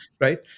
right